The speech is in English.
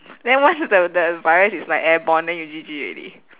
then once the the virus is like airborne then you G_G already